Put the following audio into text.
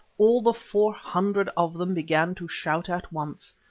all the four hundred of them began to shout at once.